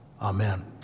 Amen